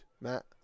Matt